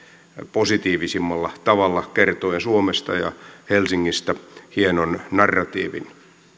positiivisimmalla tavalla kertoen suomesta ja helsingistä hienon narratiivin